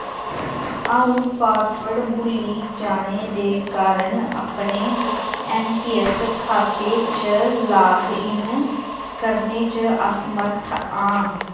अ'ऊं पासवर्ड भुल्ली जाने दे कारण अपने ऐन्नपीऐस्स खाते च लाग इन करने च असमर्थ आं